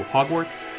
Hogwarts